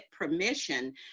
permission